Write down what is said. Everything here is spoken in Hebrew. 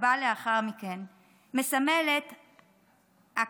הבאה לאחר מכן, מסמלת הקטנה.